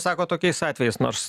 sako tokiais atvejais nors